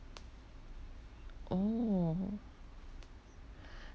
oh